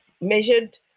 measured